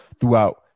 throughout